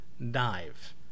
dive